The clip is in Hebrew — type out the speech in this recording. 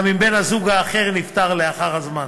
גם אם בן-הזוג האחר נפטר לאחר זמן.